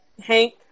Hank